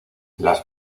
las